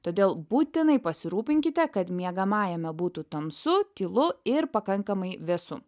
todėl būtinai pasirūpinkite kad miegamajame būtų tamsu tylu ir pakankamai vėsu